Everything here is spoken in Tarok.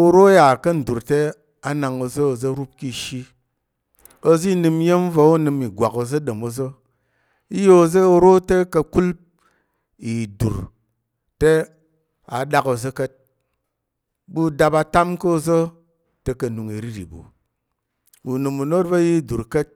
oro yà ka̱ ndur te, a nak oza̱ rup ki ishi oza̱ i nəm iya̱m va̱ onəm ɗom ìgwak oza̱. I ya oza̱ oro te ka̱kul idur te a ɗak oza̱ ka̱t, ɓu dap atam ko oza̱ te ka̱ nung iriri ɓu. Unəm unoro va̱ yi idur ka̱t